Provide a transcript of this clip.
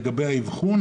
לגבי האבחון,